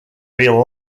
real